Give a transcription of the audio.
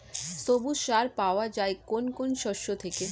সবুজ সার পাওয়া যায় কোন কোন শস্য থেকে?